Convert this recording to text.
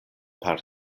per